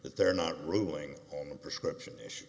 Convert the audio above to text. that they're not ruling on the prescription issue